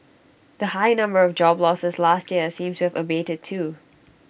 the high number of job losses last year seems to have abated too